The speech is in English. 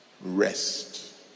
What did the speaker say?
Rest